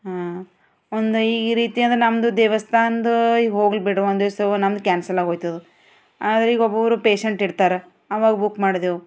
ಹಾಂ ಒಂದ ಈ ರೀತಿ ಅಂದರೆ ನಮ್ಮದು ದೇವಸ್ಥಾನದ್ದು ಹೋಗಲಿ ಬಿಡು ಒಂದಿವಸ ನಂದು ಕ್ಯಾನ್ಸಲ್ ಆಗೋಯ್ತು ಆದರೆ ಈಗ ಒಬ್ಬೊಬ್ರು ಪೇಶಂಟ್ ಇರ್ತಾರ ಆವಾಗ ಬುಕ್ ಮಾಡಿದೇವು